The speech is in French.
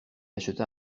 acheta